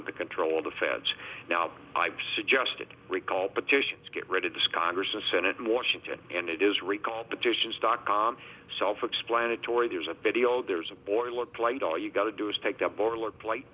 of the control of the feds now i've suggested recall petitions get rid of this congress and senate washington and it is recall petitions dot com self explanatory there's a video there's a boilerplate all you got to do is take the boilerplate